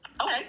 Okay